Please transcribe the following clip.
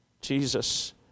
Jesus